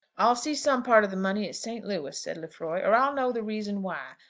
i'll see some part of the money at st. louis, said lefroy, or i'll know the reason why.